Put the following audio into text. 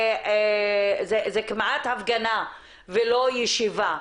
זה כמעט הפגנה ולא ישיבה.